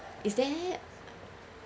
is there